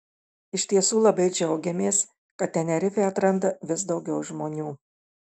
iš tiesų labai džiaugiamės kad tenerifę atranda vis daugiau žmonių